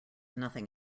nothing